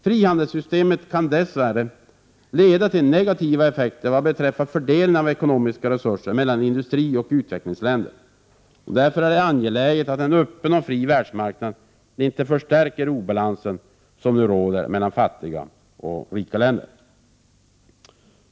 Frihandelssystemet kan dess värre leda till negativa effekter vad beträffar fördelningen av ekonomiska resurser mellan industrioch utvecklingsländer. Det är därför angeläget att en öppen och fri världsmarknad inte förstärker obalansen som nu råder mellan fattiga och rika länder.